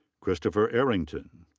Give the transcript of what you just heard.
christopher errington.